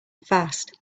fast